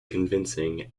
convincing